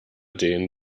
den